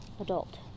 adult